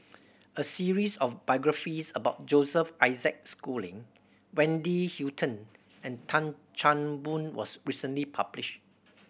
a series of biographies about Joseph Isaac Schooling Wendy Hutton and Tan Chan Boon was recently published